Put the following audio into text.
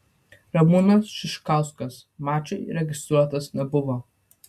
ramūnas šiškauskas mačui registruotas nebuvo